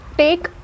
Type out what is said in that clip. take